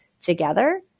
together